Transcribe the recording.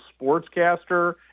sportscaster